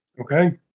Okay